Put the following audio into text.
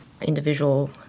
individual